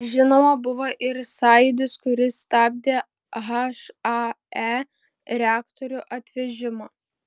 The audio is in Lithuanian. žinoma buvo ir sąjūdis kuris stabdė hae reaktorių atvežimą